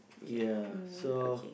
ya so